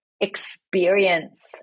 experience